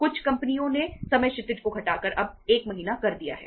कुछ कंपनियों ने समय क्षितिज को घटाकर अब 1 महीने कर दिया है